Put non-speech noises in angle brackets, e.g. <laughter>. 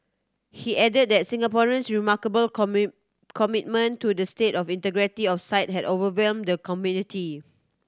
he added that Singaporean's remarkable <unintelligible> commitment to the state of integrity of site had overwhelmed the committee